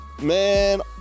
Man